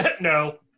no